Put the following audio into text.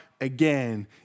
again